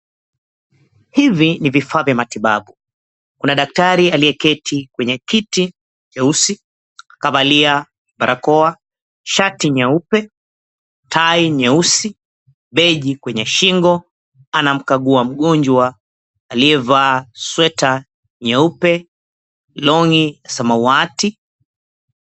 Hivi ni vifaa vya matibabu. Kuna daktari aliyeketi kwenye kiti cheusi kavalia barakoa, shati nyeupe, tai nyeusi, begi kwenye shingo anamkagua mgonjwa aliyevaa sweater nyeupe, longi samawati.